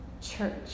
church